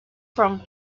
from